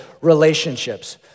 relationships